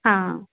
ہاں